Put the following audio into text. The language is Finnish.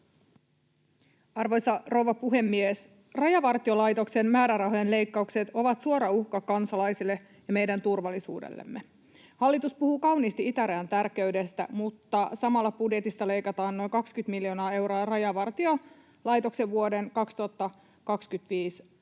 Arvoisa rouva puhemies! Rajavartiolaitoksen määrärahojen leikkaukset ovat suora uhka kansalaisille ja meidän turvallisuudellemme. Hallitus puhuu kauniisti itärajan tärkeydestä, mutta samalla budjetista leikataan noin 20 miljoonaa euroa Rajavartiolaitoksen vuoden 2025